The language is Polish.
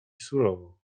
surowo